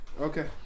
okay